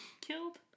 killed